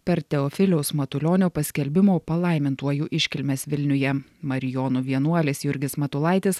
per teofiliaus matulionio paskelbimo palaimintuoju iškilmes vilniuje marijonų vienuolis jurgis matulaitis